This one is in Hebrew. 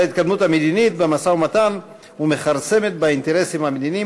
ובמשא-ומתן ומכרסמת באינטרסים המדיניים,